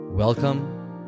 Welcome